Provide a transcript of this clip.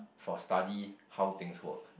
for study how things work